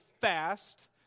fast